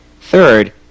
Third